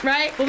Right